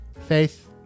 Faith